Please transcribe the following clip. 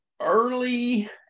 early